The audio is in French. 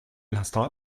l’instant